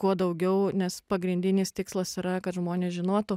kuo daugiau nes pagrindinis tikslas yra kad žmonės žinotų